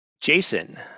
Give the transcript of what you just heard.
jason